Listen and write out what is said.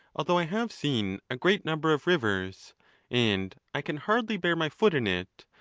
although i have seen a great number of rivers and i can hardly bear my foot in it,